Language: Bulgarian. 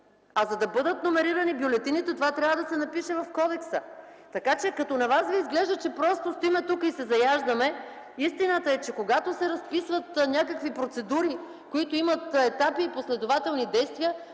А, за да бъдат номерирани бюлетините, това трябва да се напише в кодекса. Така че, както на вас ви изглежда, че просто стоим тук и се заяждаме, истината е, че когато се разписват някакви процедури, които имат етапи и последователни действия,